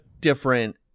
different